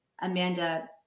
Amanda